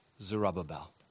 Zerubbabel